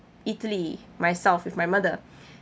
italy myself with my mother